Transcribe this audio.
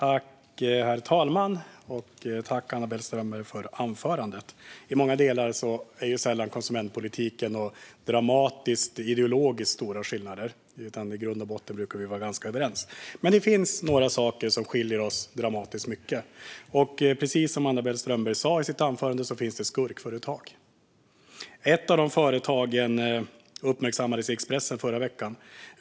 Herr talman! Tack, Anna-Belle Strömberg, för anförandet! Konsumentpolitiken är sällan något dramatiskt med ideologiskt stora skillnader, utan i grund och botten brukar vi vara ganska överens. Men det finns några sakar som skiljer oss dramatiskt mycket åt. Precis som Anna-Belle Strömberg sa i sitt anförande finns det skurkföretag. Ett av dessa företag uppmärksammades i Expressen förra veckan.